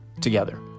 together